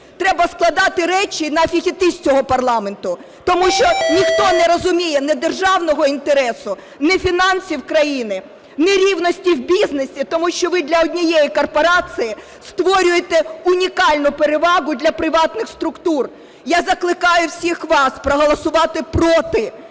треба складати речі і на фіг іти з цього парламенту. Тому що ніхто не розуміє, ні державного інтересу, ні фінансів країни, ні рівності в бізнесі, тому що ви для однієї корпорації створюєте унікальну перевагу для приватних структур. Я закликаю всіх вас проголосувати "проти",